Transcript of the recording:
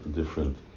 different